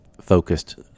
focused